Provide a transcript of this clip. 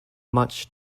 much